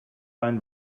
ein